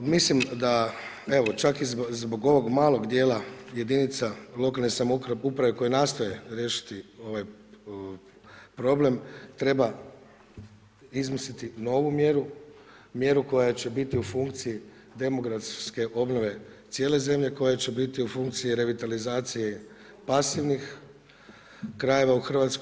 Mislim da evo čak i zbog ovog malog dijela jedinica lokalne samouprave koji nastoje riješiti ovaj problem treba izmisliti novu mjeru, mjeru koja će biti u funkciji demografske obnove cijele zemlje, koja će biti u funkciji revitalizacije pasivnih krajeva u Hrvatskoj.